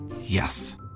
Yes